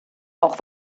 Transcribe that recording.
auch